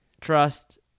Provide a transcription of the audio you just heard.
trust